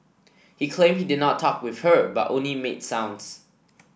he claimed he did not talk with her but only made sounds